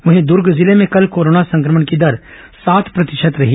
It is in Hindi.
वही दूर्ग जिले में कल कोरोना संक्रमण की दर सात प्रतिशत रही